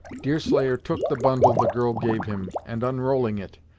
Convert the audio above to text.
deerslayer took the bundle the girl gave him, and unrolling it,